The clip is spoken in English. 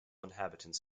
inhabitants